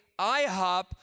IHOP